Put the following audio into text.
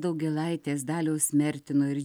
daugėlaitės daliaus mertino ir